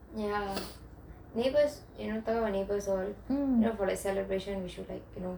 ya neighbours talking about neighbours all talking about celebration we should